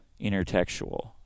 intertextual